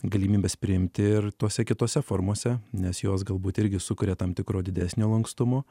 galimybes priimti ir tose kitose formose nes jos galbūt irgi sukuria tam tikro didesnio lankstumo